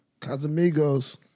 Casamigos